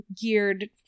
geared